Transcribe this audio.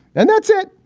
then that's it.